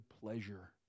pleasure